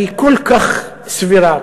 שהיא כל כך סבירה,